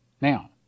Now